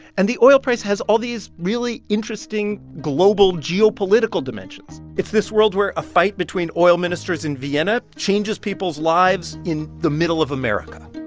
and the oil price has all these really interesting global, geopolitical dimensions. it's this world where a fight between oil ministers in vienna changes people's lives in the middle of america